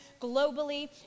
globally